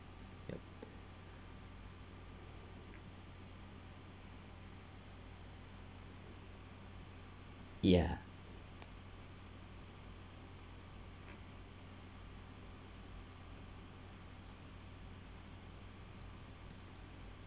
yup ya